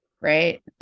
Right